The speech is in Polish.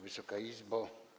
Wysoka Izbo!